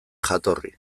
jatorri